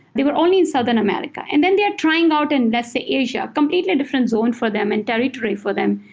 they were only in southern america, and then they are trying out in, let's say, asia. completely different zone for them and territory for them,